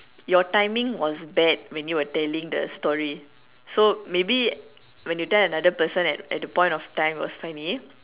your timing was bad when you were telling the story so maybe when you tell another person at that point of time it was funny